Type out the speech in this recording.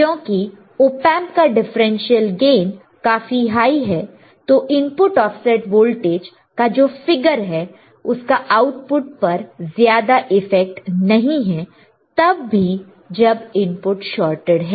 क्योंकि op amp का differential gain काफी हाई है तो इनपुट ऑफसेट वोल्टेज का जो फिगर है उसका आउटपुट पर ज्यादा इफेक्ट नहीं है तब भी जब इनपुट शॉर्टेड है